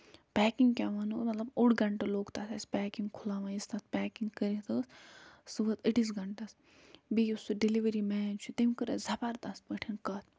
packing کیٛاہ وَنو مطلب اوٚڑ گَنٹہٕ لوٚگ تَتھ اَسہِ پیکِنٛگ کھُلاوان یُس تَتھ پیکِنٛگ کٔرِتھ ٲسۍ سُہ ؤژھ أڈِس گَنٹَس بیٚیہِ یُس سُہ ڈیلِؤری مین چھُ تٔمۍ کٔر اَسہِ زَبردست پٲٹھٮ۪ن کَتھ